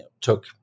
took